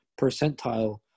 percentile